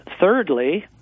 Thirdly